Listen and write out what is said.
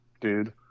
dude